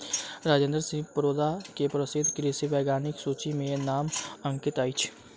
राजेंद्र सिंह परोदा के प्रसिद्ध कृषि वैज्ञानिकक सूचि में नाम अंकित अछि